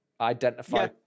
identify